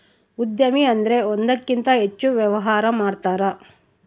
ಉದ್ಯಮಿ ಅಂದ್ರೆ ಒಂದಕ್ಕಿಂತ ಹೆಚ್ಚು ವ್ಯವಹಾರ ಮಾಡ್ತಾರ